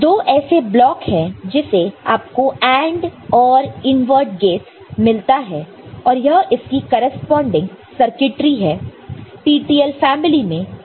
दो ऐसे ब्लॉक है जिससे आपको AND OR इनवर्ट गेटस मिलता है और यह इसकी करेस्पॉन्डिंग सर्किटरी है TTL फैमिली में TTL डाटा शीट से